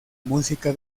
música